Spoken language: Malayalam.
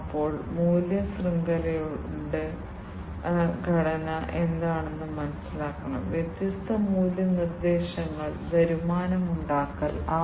അതിനാൽ ഈ ആവശ്യകതകൾ കൊണ്ട് അർത്ഥമാക്കുന്നത് നമുക്ക് കുറഞ്ഞ ചിലവ് ഉണ്ടായിരിക്കണം എന്നതാണ് എന്നാൽ ഉയർന്ന പ്രവർത്തനക്ഷമതയുള്ള വിശ്വസനീയമായ സെൻസറുകൾ